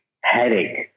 headache